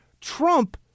Trump